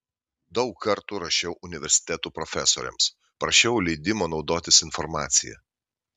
daug kartų rašiau universitetų profesoriams prašiau leidimo naudotis informacija